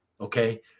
Okay